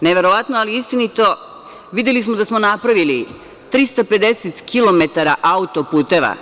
Neverovatno, ali istinito, videli smo da smo napravili 350 kilometara autoputeva.